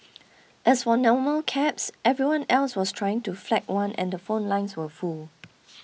as for normal cabs everyone else was trying to flag one and the phone lines were full